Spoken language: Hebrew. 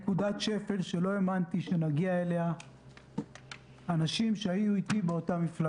למעט שלושת האנשים האלה אף אחד מ-33 מחברי